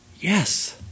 Yes